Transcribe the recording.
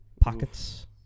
pockets